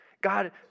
God